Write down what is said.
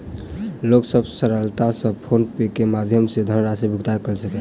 लोक सभ सरलता सॅ फ़ोन पे के माध्यम सॅ धनराशि भुगतान कय सकै छै